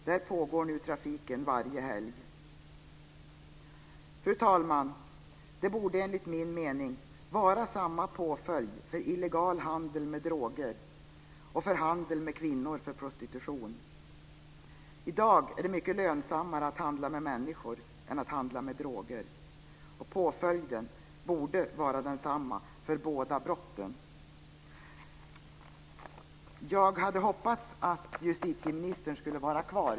Där pågår nu trafiken varje helg. Fru talman! Det borde, enligt min mening vara samma påföljd för illegal handel med droger och för handel med kvinnor för prostitution. I dag är det mycket lönsammare att handla med människor än att handla med droger, och påföljden borde vara densamma för båda brotten. Jag hade hoppats att justitieministern skulle vara kvar.